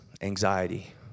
anxiety